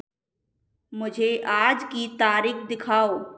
मुझे आज की तारीख दिखाओ